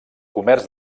comerç